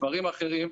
דברים אחרים,